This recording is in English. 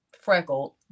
freckled